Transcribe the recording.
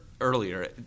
earlier